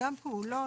גם פעולות,